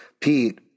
Pete